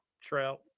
trout